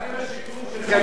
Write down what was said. מה עם השיקום של קדימה?